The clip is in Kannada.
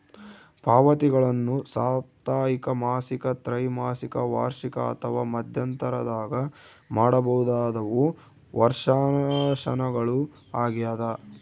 ಪಾವತಿಗಳನ್ನು ಸಾಪ್ತಾಹಿಕ ಮಾಸಿಕ ತ್ರೈಮಾಸಿಕ ವಾರ್ಷಿಕ ಅಥವಾ ಮಧ್ಯಂತರದಾಗ ಮಾಡಬಹುದಾದವು ವರ್ಷಾಶನಗಳು ಆಗ್ಯದ